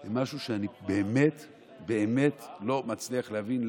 זה משהו שאני באמת באמת לא מצליח להבין.